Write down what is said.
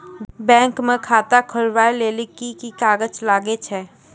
Bank म खाता खोलवाय लेली की की कागज लागै छै?